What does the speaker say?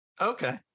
Okay